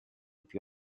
più